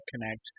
Connect